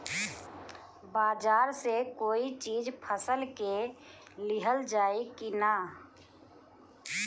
बाजार से कोई चीज फसल के लिहल जाई किना?